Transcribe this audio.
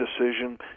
decision